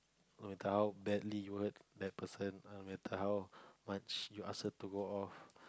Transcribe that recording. no matter how badly you hurt that person no matter how much you ask her to go off